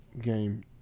game